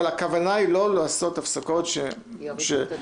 אבל הכוונה היא לא לעשות הפסקות -- שיאריכו את הדיון.